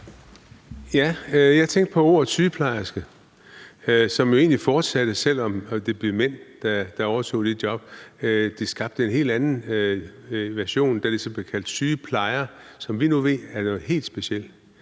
Jeg tænkte på ordet sygeplejerske, som man jo egentlig fortsatte med at bruge, selv om det blev mænd, der overtog det job. Det skabte jo en helt anden version, da de så blev kaldt »sygeplejer«, som vi nu ved er noget helt specielt.